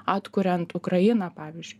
atkuriant ukrainą pavyzdžiui